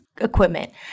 equipment